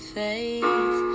faith